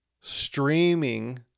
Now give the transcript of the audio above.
streaming